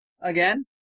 again